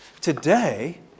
Today